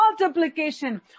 multiplication